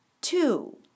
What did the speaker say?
Two